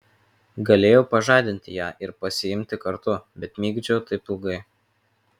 galėjau pažadinti ją ir pasiimti kartu bet migdžiau taip ilgai